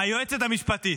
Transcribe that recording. היועצת המשפטית.